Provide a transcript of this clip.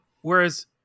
Whereas